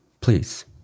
please